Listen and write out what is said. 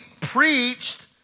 preached